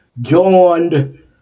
joined